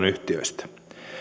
yhtiöistä